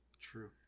True